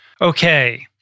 Okay